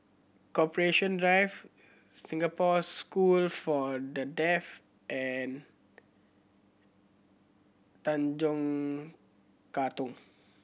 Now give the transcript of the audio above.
Corporation Drive Singapore School for The Deaf and Tanjong Katong